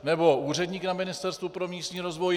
Nebo úředník na Ministerstvu pro místní rozvoj?